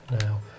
now